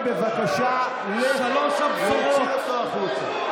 חבר הכנסת גפני, בבקשה להוציא אותו החוצה.